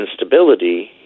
instability